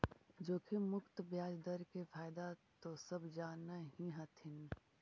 जोखिम मुक्त ब्याज दर के फयदा तो सब जान हीं हथिन